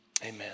Amen